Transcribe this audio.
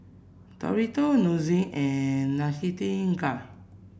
Dorito Nissin and Nightingale